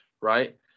right